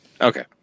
Okay